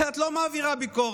על זה את לא מעבירה ביקורת.